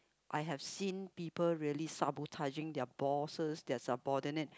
I have seen people really sabo touching their bosses their supporters